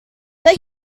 but